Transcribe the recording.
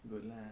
wait lah